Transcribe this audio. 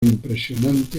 impresionante